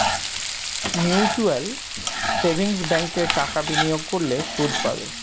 mutual savings ব্যাঙ্কে টাকা বিনিয়োগ করলে সুদ পাবে